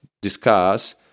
discuss